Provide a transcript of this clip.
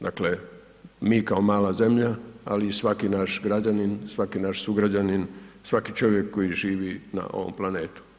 Dakle, mi kao mala zemlja, ali i svaki naš građanin, svaki naš sugrađan, svaki čovjek koji živi na ovom planetu.